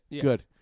Good